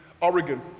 Oregon